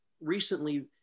recently